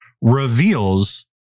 reveals